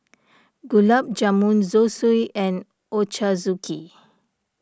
Gulab Jamun Zosui and Ochazuke